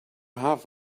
have